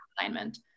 alignment